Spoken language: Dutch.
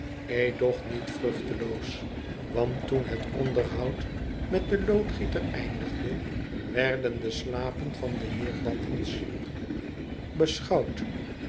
edoch niet vruchteloos want toen het onderhoud met een loodgieter eindigde werden de slapen van den heer battens beschouwd